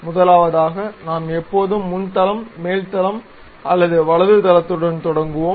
முதலாவதாக நாம் எப்போதும் முன் தளம் மேல் தளம் அல்லது வலது தளத்துடன் தொடங்குவோம்